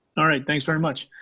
all right. thanks very much.